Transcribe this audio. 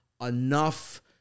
enough